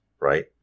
right